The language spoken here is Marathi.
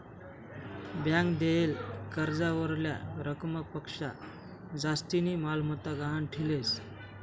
ब्यांक देयेल कर्जावरल्या रकमपक्शा जास्तीनी मालमत्ता गहाण ठीलेस